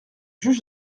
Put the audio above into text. juge